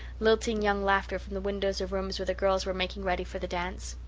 lilting young laughter from the windows of rooms where the girls were making ready for the dance.